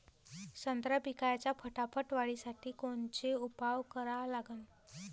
संत्रा पिकाच्या फटाफट वाढीसाठी कोनचे उपाव करा लागन?